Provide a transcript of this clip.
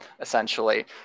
essentially